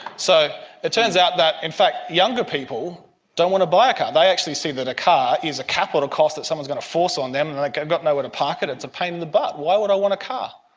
so it turns out that in fact younger people don't want to buy a car. they actually see that a car is a capital cost that someone is going to force on them and like they've got nowhere to park it, it's a pain in the butt, why would i want a car,